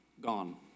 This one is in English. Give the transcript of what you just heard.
gone